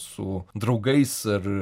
su draugais ar